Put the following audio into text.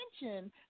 attention